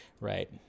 Right